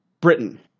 Britain